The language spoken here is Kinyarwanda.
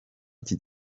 iki